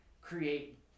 create